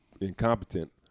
incompetent